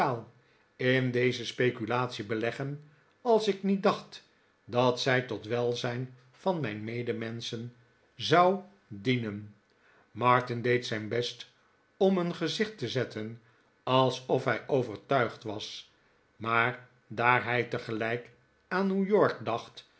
in deze speculate beleggen als ik niet dacht dat zij tot welzijn van mijn medemenschen zou dienen martin deed zijn best om een gezicht te zetten alsof hij overtuigd was maar daar hij tegelijk aan new york dacht